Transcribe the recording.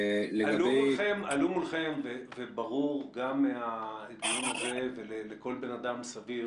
עלה מולכם, וברור גם מהדיון הזה ולכל אדם סביר,